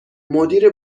مدیر